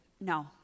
no